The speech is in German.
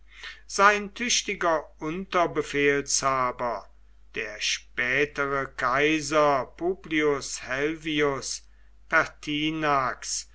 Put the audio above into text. sein tüchtiger unterbefehlshaber der spätere kaiser publius helvius